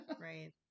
Right